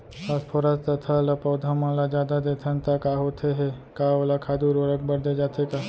Phosphorus तथा ल पौधा मन ल जादा देथन त का होथे हे, का ओला खाद उर्वरक बर दे जाथे का?